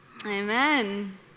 Amen